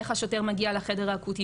איך השוטר מגיע לחדר האקוטי,